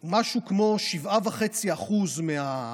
הוא משהו כמו 7.5% מהתל"ג,